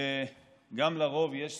וגם לרוב יש זכויות.